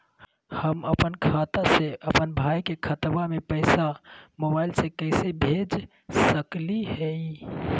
हम अपन खाता से अपन भाई के खतवा में पैसा मोबाईल से कैसे भेज सकली हई?